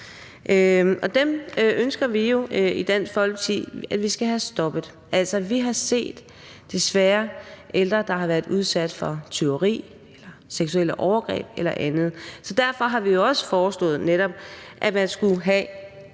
dem ønsker vi i Dansk Folkeparti at stoppe. Altså, vi har – desværre – set ældre, der har været udsat for tyveri, seksuelle overgreb eller andet, og derfor har vi også foreslået, at man netop skulle have